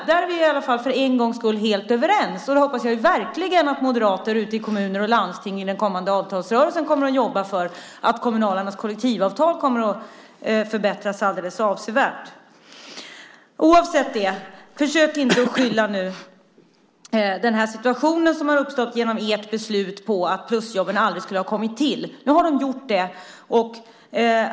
Där är vi för en gångs skull helt överens. Jag hoppas verkligen att moderater ute i kommuner och landsting i den kommande avtalsrörelsen kommer att jobba för att kommunalarnas kollektivavtal ska förbättras alldeles avsevärt. Oavsett detta - försök nu inte att skylla den situation som har uppstått genom ert beslut på att plusjobben aldrig skulle ha kommit till! Nu har de gjort det.